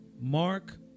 Mark